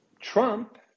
Trump